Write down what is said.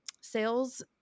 sales